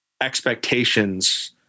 expectations